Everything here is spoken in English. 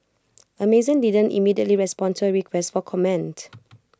Amazon didn't immediately respond to A request for comment